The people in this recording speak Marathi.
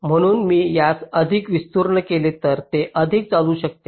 म्हणून मी यास अधिक विस्तृत केले तर ते अधिक चालू शकते